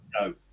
No